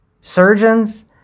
surgeons